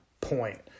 point